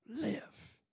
Live